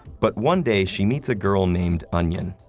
but one day, she meets a girl named onion.